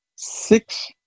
Six